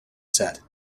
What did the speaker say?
set